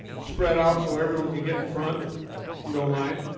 spread out so everyone can get in front if you don't mind